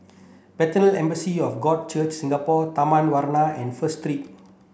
Bethel Assembly of God Church Singapore Taman Warna and First Street